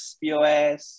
pos